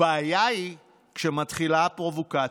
הבעיה היא כשמתחילה הפרובוקציה,